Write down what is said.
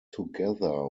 together